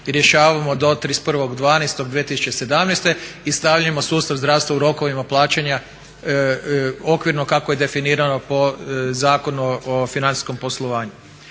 rješavamo do 31.12.2017.i stavljamo sustav zdravstva u rokovima plaćanja okvirno kako je definirano po Zakonu o financijskom poslovanju.